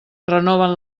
renoven